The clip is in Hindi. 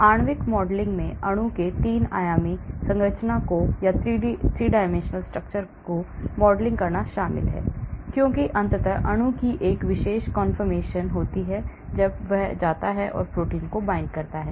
आणविक मॉडलिंग में अणु के 3 आयामी संरचना को मॉडलिंग करना शामिल है क्योंकि अंततः अणु की एक विशेष confirmation होती है जब वह जाता है और प्रोटीन को बांधता है